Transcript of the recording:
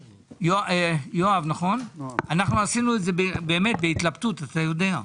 יואב, עשינו את זה באמת בהתלבטות, אתה יודע.